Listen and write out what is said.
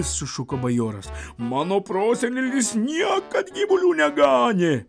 sušuko bajoras mano prosenelis niekad gyvulių neganė